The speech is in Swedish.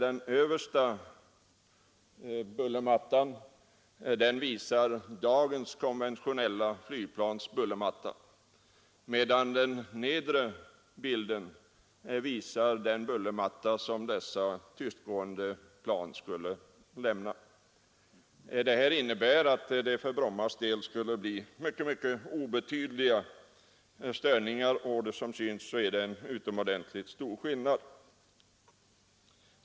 Den översta bilden illustrerar dagens konventionella flygplans bullermatta, medan den nedre bilden visar den bullermatta som dessa tystgående plan skulle lämna. Detta innebär att det för Brommas del skulle bli mycket obetydliga störningar. Som synes är det en utomordentligt stor skillnad.